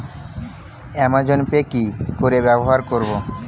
Amazon pay কি করে ব্যবহার করব?